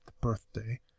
birthday